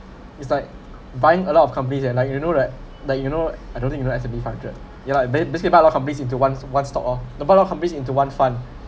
it's like buying a lot of companies and like you know that that you know I don't think it have to be five hundred yeah lah bas~ basically you buy a lot of companies into one's one's stock oh the buy a lot of companies into one fund